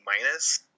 minus